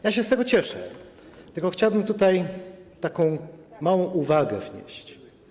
Ja się z tego cieszę, tylko chciałbym tutaj taką małą uwagę wnieść.